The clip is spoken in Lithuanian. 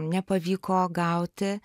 nepavyko gauti